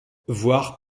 voir